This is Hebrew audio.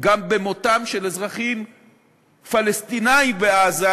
גם במותם של אזרחים פלסטינים בעזה,